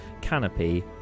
canopy